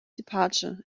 departure